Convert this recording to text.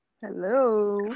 Hello